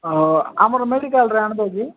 ହ ଆମର ମେଡ଼ିକାଲ୍ରେ ଆଣି ଦବ କିି